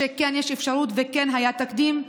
שכן יש אפשרות וכן היה תקדים.